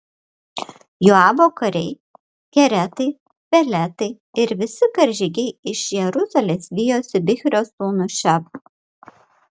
joabo kariai keretai peletai ir visi karžygiai iš jeruzalės vijosi bichrio sūnų šebą